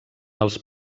els